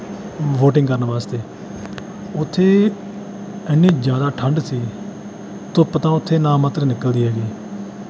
boating ਕਰਨ ਵਾਸਤੇ ਉੱਥੇ ਇੰਨੀ ਜ਼ਿਆਦਾ ਠੰਡ ਸੀ ਧੁੱਪ ਤਾਂ ਉੱਥੇ ਨਾ ਮਾਤਰ ਨਿਕਲਦੀ ਹੈਗੀ